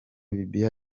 libya